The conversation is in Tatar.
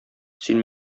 син